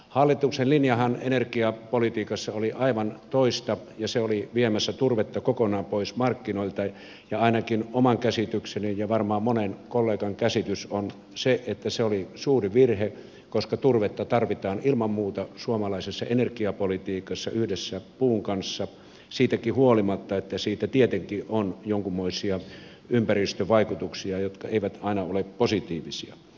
hallituksen linjahan energiapolitiikassa oli aivan toista ja se oli viemässä turvetta kokonaan pois markkinoilta ja ainakin oma käsitykseni ja varmaan monen kollegan käsitys on se että se oli suuri virhe koska turvetta tarvitaan ilman muuta suomalaisessa energiapolitiikassa yhdessä puun kanssa siitäkin huolimatta että siitä tietenkin on jonkunmoisia ympäristövaikutuksia jotka eivät aina ole positiivisia